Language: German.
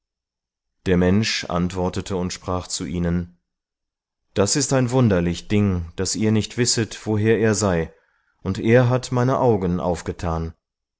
der mensch antwortete und sprach zu ihnen das ist ein wunderlich ding daß ihr nicht wisset woher er sei und er hat meine augen aufgetan